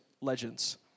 legends